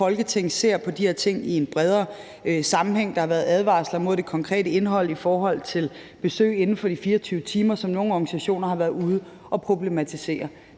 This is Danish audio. Folketing ser på de her ting i en bredere sammenhæng. Der har været advarsler mod det konkrete indhold i forhold til besøg inden for de 24 timer, som nogle organisationer været ude at problematisere.